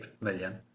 million